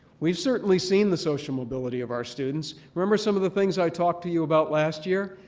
we've certainly seen the social mobility of our students. remember some of the things i talked to you about last year?